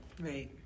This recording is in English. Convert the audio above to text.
Right